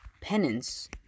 penance